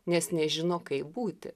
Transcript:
nes nežino kaip būti